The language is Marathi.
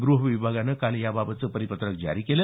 गृहविभागानं काल याबाबतचं परिपत्रक जारी केलं